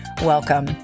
welcome